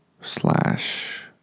slash